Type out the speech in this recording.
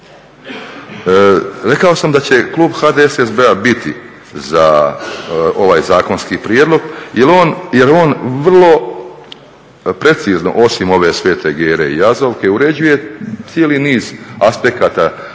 Rekao sam da će klub HDSSB-a biti za ovaj zakonski prijedlog jer on vrlo precizno osim ove Svete Gere i Jazovke uređuje cijeli niz aspekata